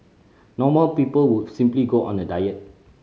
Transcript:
normal people would simply go on a diet